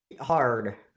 Hard